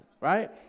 right